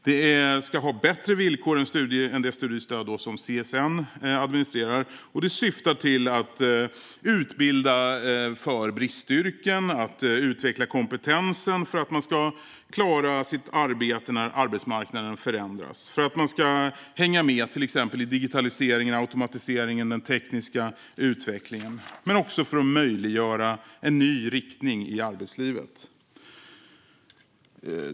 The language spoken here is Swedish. Det ska ha bättre villkor än det studiestöd som CSN administrerar, och det syftar till att människor ska utbilda sig inom bristyrken. Det syftar till att utveckla människors kompetens för att de ska klara sitt arbete när arbetsmarknaden förändras, till exempel för att de ska hänga med i digitaliseringen, automatiseringen och den tekniska utvecklingen. Men det ska också möjliggöra en ny riktning för människor i arbetslivet.